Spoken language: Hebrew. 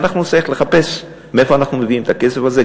אנחנו נצטרך לחפש מאיפה אנחנו מביאים את הכסף הזה,